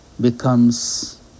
becomes